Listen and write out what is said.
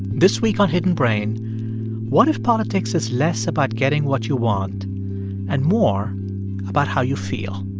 this week on hidden brain what if politics is less about getting what you want and more about how you feel?